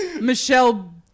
Michelle